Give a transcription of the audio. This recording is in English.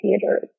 theaters